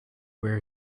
where